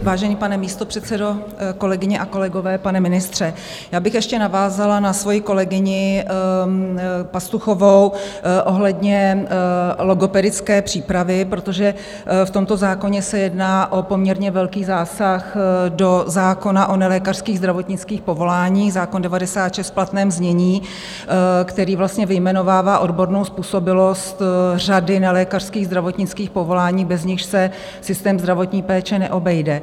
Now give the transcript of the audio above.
Vážený pane místopředsedo, kolegyně a kolegové, pane ministře, já bych ještě navázala na svoji kolegyni Pastuchovou ohledně logopedické přípravy, protože v tomto zákoně se jedná o poměrně velký zásah do zákona o nelékařských zdravotnických povoláních, zákon 96 v platném znění, který vyjmenovává odbornou způsobilost řady nelékařských zdravotnických povolání, bez nichž se systém zdravotní péče neobejde.